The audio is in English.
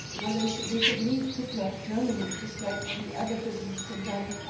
whether they should they should leave hitler's germany just like the other physicists had done.